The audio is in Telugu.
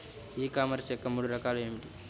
ఈ కామర్స్ యొక్క మూడు రకాలు ఏమిటి?